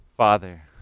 Father